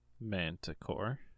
Manticore